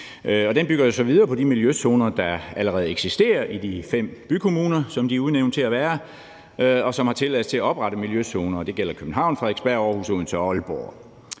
Den bygger videre på de miljøzoner, der allerede eksisterer i de fem bykommuner, som de er udnævnt til at være, og som har tilladelse til at oprette miljøzoner. Det gælder København, Frederiksberg, Aarhus, Odense og Aalborg.